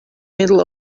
middle